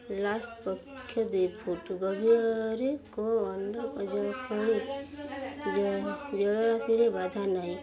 last ପକ୍ଷ ଦୁଇ foot ଗଭୀରରେ କ ଅନଜ ଖଳି ଜଳରାଶିରେ ବାଧା ନାହିଁ